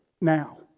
now